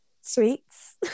sweets